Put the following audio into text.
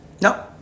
No